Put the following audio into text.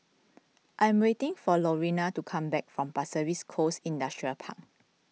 I am waiting for Lorena to come back from Pasir Ris Coast Industrial Park